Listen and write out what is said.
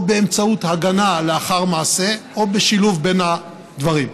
או באמצעות הגנה לאחר מעשה או בשילוב בין הדברים.